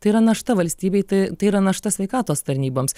tai yra našta valstybei tai tai yra našta sveikatos tarnyboms